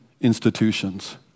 institutions